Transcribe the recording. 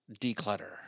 declutter